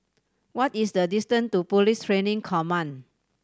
what is the distance to Police Training Command